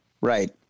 right